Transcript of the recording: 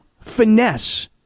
finesse